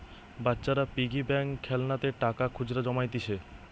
বাচ্চারা piggy bank খেলনাতে টাকা খুচরা জমাইতিছে